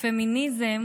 "פמיניזם